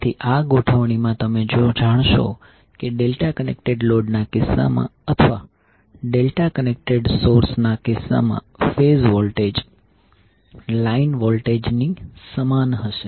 તેથી આ ગોઠવણીમાં તમે જાણશો કે ડેલ્ટા કનેક્ટેડ લોડના કિસ્સામાં અથવા ડેલ્ટા કનેક્ટેડ સોર્સના કિસ્સામાં ફેઝ વોલ્ટેજ લાઇન વોલ્ટેજની સમાન હશે